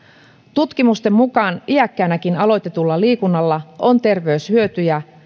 tutkimusten mukaan iäkkäänäkin aloitetulla liikunnalla on terveyshyötyjä